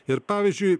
ir pavyzdžiui